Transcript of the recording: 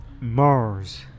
Mars